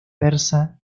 persa